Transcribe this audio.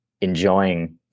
enjoying